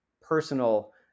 personal